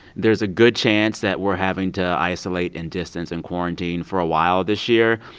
there's a good chance that we're having to isolate and distance and quarantine for a while this year.